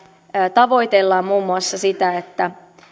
tavoitellaan muun muassa sitä että